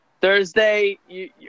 Thursday